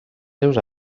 seus